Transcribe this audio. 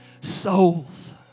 souls